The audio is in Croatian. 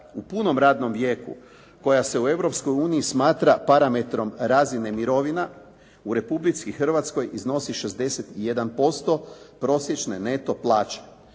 u punom radnom vijeku koja se u Europskoj uniji smatra parametrom razine mirovina u Republici Hrvatskoj iznosi 61% prosječne neto plaće.